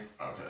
Okay